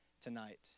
tonight